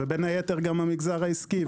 ובין היתר גם המגזר העסקי.